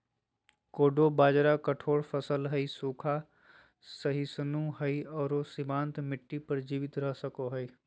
कोडो बाजरा कठोर फसल हइ, सूखा, सहिष्णु हइ आरो सीमांत मिट्टी पर जीवित रह सको हइ